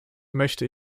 möchte